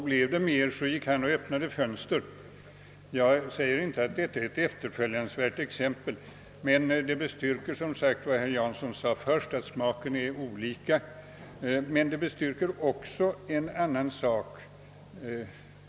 Biev det mer gick han och öppnade fönster. Jag säger inte att detta är ett efterföljansvärt exempel, men det bestyrker som sagt herr Janssons uttalande att smaken är olika.